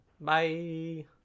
Bye